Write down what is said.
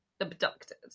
abducted